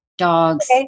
dogs